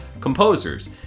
composers